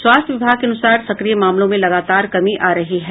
स्वास्थ्य विभाग के अनुसार सक्रिय मामलों में लगातार कमी आ रही है